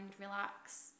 relax